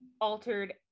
altered